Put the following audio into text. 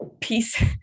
peace